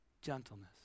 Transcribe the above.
Gentleness